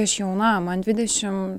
aš jauna man dvidešim